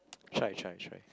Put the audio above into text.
try try try